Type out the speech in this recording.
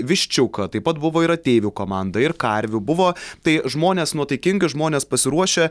viščiuką taip pat buvo ir ateivių komanda ir karvių buvo tai žmonės nuotaikingi žmonės pasiruošę